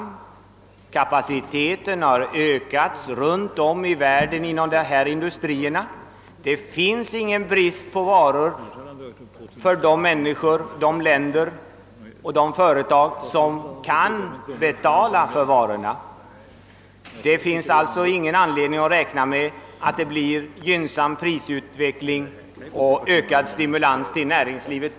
Produktionskapaciteten har ökats runt om i världen inom dessa industrier och det råder nu inte någon brist på varor för de människor, de länder eller de företag som kan betala för att få varorna. Det finns alltså ingen anledning för oss att räkna med att det blir en gynnsammare prisutveckling som ger ökad stimulans till näringslivet.